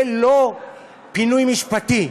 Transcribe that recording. זה לא פינוי משפטי.